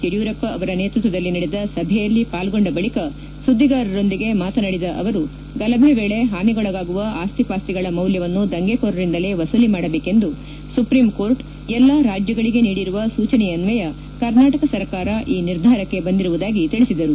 ಯಡಿಯೂರಪ್ಪ ಆವರ ನೇತೃತ್ವದಲ್ಲಿ ನಡೆದ ಸಭೆಯಲ್ಲಿ ಪಾಲ್ಗೊಂಡ ಬಳಕ ಸುದ್ದಿಗಾರರೊಂದಿಗೆ ಮಾತನಾಡಿದ ಆವರು ಗಲಭೆ ವೇಳೆ ಹಾನಿಗೊಳಗಾಗುವ ಆಸ್ತಿ ಪಾಸ್ತಿಗಳ ಮೌಲ್ಯವನ್ನು ದಂಗೆಕೋರರಿಂದಲೇ ವಸೂಲಿ ಮಾಡಬೇಕೆಂದು ಸುಪ್ರೀಂಕೋರ್ಟ್ ಎಲ್ಲಾ ರಾಜ್ಯಗಳಿಗೆ ನೀಡಿರುವ ಸೂಚನೆಯನ್ವಯ ಕರ್ನಾಟಕ ಸರ್ಕಾರ ಈ ನಿರ್ಧಾರಕ್ಕೆ ಬಂದಿರುವುದಾಗಿ ಅಳಿಸಿದರು